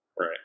right